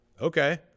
Okay